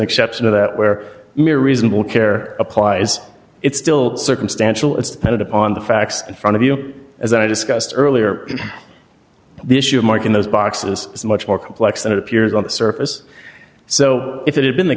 exception to that where mere reasonable care applies it's still circumstantial it's depended upon the facts in front of you as i discussed earlier the issue of marking those boxes is much more complex than it appears on the surface so if it had been the